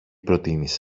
προτείνεις